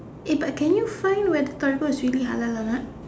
eh but can you find whether Torigo is really halal or not